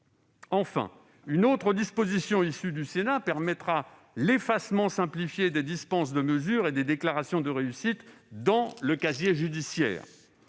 Enfin, une autre disposition issue du Sénat permettra l'effacement simplifié des dispenses de mesure et des déclarations de réussite dans le casier judiciaire.